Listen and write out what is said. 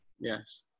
Yes